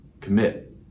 commit